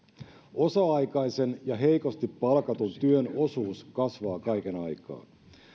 osa aikaisen ja heikosti palkatun työn osuus kasvaa kaiken aikaa